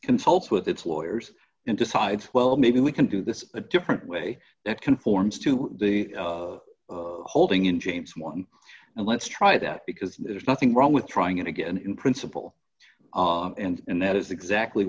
consults with its lawyers and decide well maybe we can do this a different way that conforms to the holding in james one and let's try that because there's nothing wrong with trying it again in print simple and that is exactly